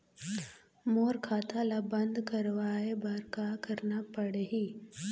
मोर खाता ला बंद करवाए बर का करना पड़ही?